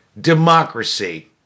democracy